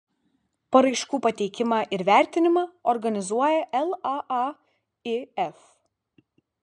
paraiškų pateikimą ir vertinimą organizuoja laaif